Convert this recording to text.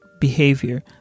behavior